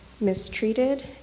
mistreated